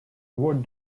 what